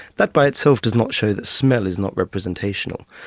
that by itself does not show that smell is not representational.